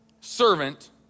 servant